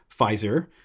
Pfizer